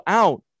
out